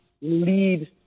lead